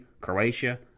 Croatia